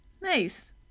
Nice